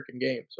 game